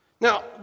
Now